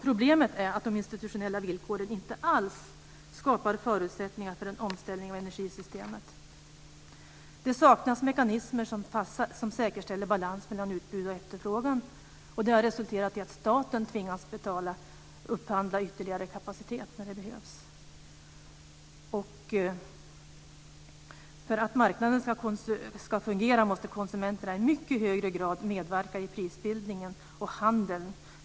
Problemet är att de institutionella villkoren inte alls skapar förutsättningar för en omställning av energisystemet. Det saknas mekanismer som säkerställer balans mellan utbud och efterfrågan, och det har resulterat i att staten tvingas upphandla ytterligare kapacitet när det behövs. För att marknaden ska fungera måste konsumenterna i mycket högre grad medverka i prisbildningen och handeln.